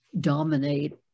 dominate